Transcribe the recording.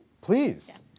Please